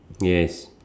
yes